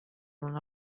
una